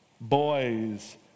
boys